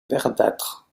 verdâtre